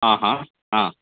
आहा हा